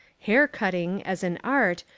hair cutting, as an art,